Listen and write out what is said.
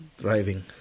thriving